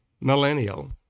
millennial